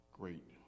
great